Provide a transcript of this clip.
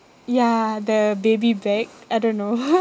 ya the baby back I don't know